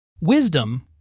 Wisdom